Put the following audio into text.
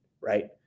right